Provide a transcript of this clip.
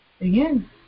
Again